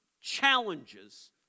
challenges